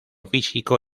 físico